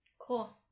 Cool